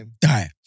Die